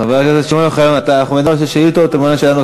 חבר הכנסת שמעון אוחיון, אם אין שאלה נוספת,